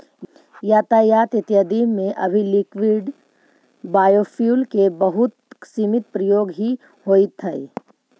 यातायात इत्यादि में अभी लिक्विड बायोफ्यूल के बहुत सीमित प्रयोग ही होइत हई